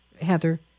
Heather